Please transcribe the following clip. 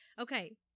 okay